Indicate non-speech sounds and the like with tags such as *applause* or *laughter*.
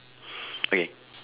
*breath* wait